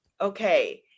Okay